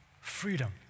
freedom